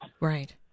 right